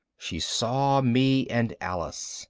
she saw me and alice.